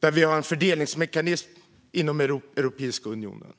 där vi har en fördelningsmekanism inom Europeiska unionen.